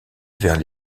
vers